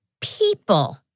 people